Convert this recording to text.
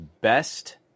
best